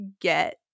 get